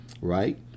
right